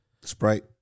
Sprite